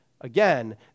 again